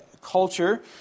culture